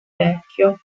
vecchio